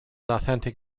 authentic